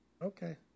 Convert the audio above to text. Okay